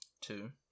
Two